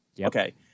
Okay